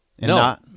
No